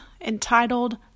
entitled